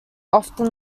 often